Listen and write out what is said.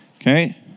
Okay